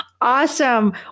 Awesome